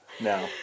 no